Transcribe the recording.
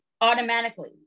Automatically